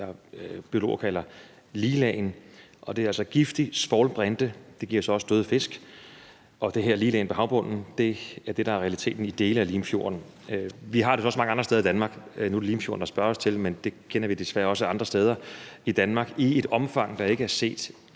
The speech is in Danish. det, biologer kalder for liglagen. Det er altså giftigt svovlbrinte, og det giver så også døde fisk. Det her liglagen på havbunden er det, der er realiteten i dele af Limfjorden. Vi har det også mange andre steder i Danmark. Nu er det Limfjorden, der spørges til, men det kender vi desværre også til andre steder i Danmark i et omfang, der ikke er set